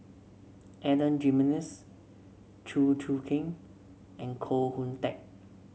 Adan Jimenez Chew Choo Keng and Koh Hoon Teck